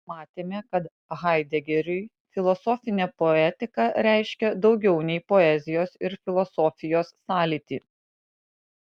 matėme kad haidegeriui filosofinė poetika reiškia daugiau nei poezijos ir filosofijos sąlytį